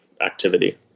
activity